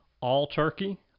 all-turkey